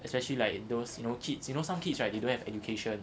especially like those you know kids you know some kids right you don't have education